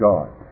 God